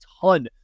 ton